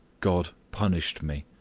god punished me.